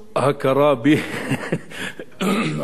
חבר בשום מפלגה.